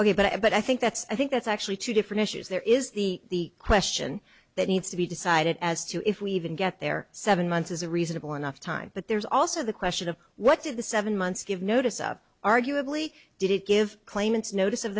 ok but i think that's i think that's actually two different issues there is the question that needs to be decided as to if we even get there seven months is a reasonable enough time but there's also the question of what did the seven months give notice up arguably did it give claimants notice of